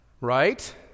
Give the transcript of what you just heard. Right